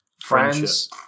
friends